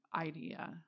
idea